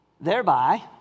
Thereby